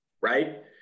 right